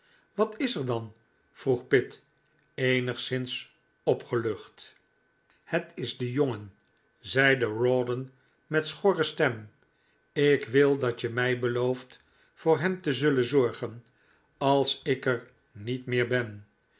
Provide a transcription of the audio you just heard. wat is er dan vroeg pitt eenigszins opgelucht het is de jongen zeide rawdon met schorre stem ik wil dat je mij beloofd voor hem te zullen zorgen als ik er niet meer ben